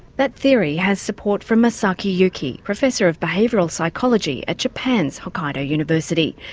that theory has support from masaki yuki, professor of behavioural psychology at japan's hokkaido university.